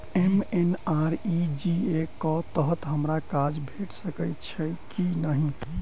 MNREGA कऽ तहत हमरा काज भेट सकय छई की नहि?